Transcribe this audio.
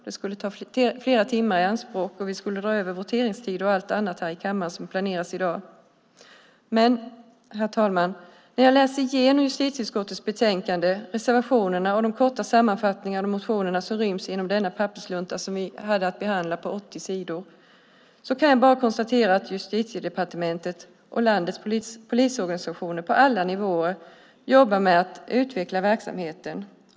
Det skulle ta flera timmar i anspråk, och vi skulle dra över vår voteringstid och påverka allt annat som planeras här i kammaren i dag. Herr talman! När jag läser igenom justitieutskottets betänkande, reservationerna och de korta sammanfattningar av motionerna som ryms inom denna papperslunta på 80 sidor som vi hade att behandla kan jag bara konstatera att Justitiedepartementet och landets polisorganisationer på alla nivåer jobbar med att utveckla verksamheten.